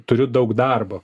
turiu daug darbo